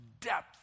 depth